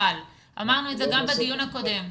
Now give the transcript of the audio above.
אמרנו גם בדיון הקודם,